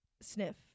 sniff